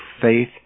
faith